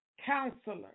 Counselor